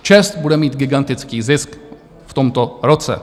ČEZ bude mít gigantický zisk v tomto roce.